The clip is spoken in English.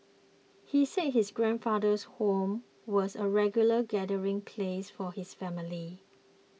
he said his grandfather's home was a regular gathering place for his family